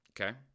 Okay